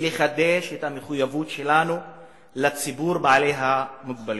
לחדש את המחויבות שלנו לציבור בעלי המוגבלויות,